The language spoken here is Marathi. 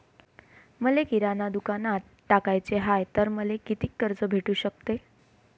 मले किराणा दुकानात टाकाचे हाय तर मले कितीक कर्ज भेटू सकते?